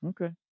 Okay